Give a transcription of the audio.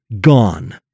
gone